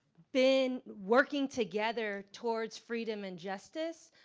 been working together towards freedom and justice.